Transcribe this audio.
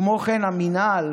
כמו כן, המינהל